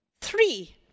Three